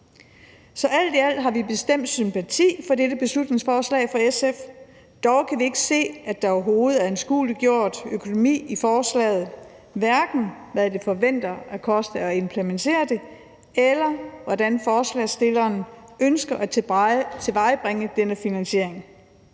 Så alt i alt har vi bestemt sympati for dette beslutningsforslag fra SF; dog kan vi ikke se, at der overhovedet er anskueliggjort økonomi i forslaget, hverken hvad man forventer det koster at implementere det, eller hvordan forslagsstillerne ønsker at tilvejebringe denne finansiering.